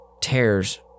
Tears